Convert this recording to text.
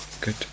good